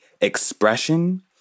expression